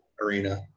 Arena